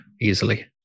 easily